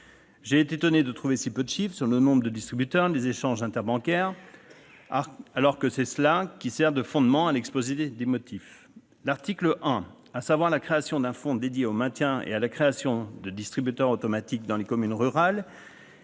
J'ai été étonné de trouver si peu de chiffres, sur le nombre de distributeurs ou les échanges interbancaires, alors même que ces éléments servent de fondement à l'exposé des motifs. L'article 1, traitant de l'instauration d'un fonds dédié au maintien et à la création de distributeurs automatiques de billets dans les communes rurales,